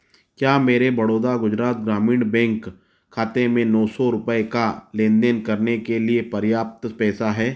क्या मेरे बड़ौदा गुजरात ग्रामीण बैंक खाते में नौ सौ रुपये का लेन देन करने के लिए पर्याप्त पैसा है